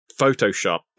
photoshop